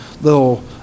little